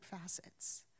facets